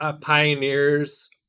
Pioneers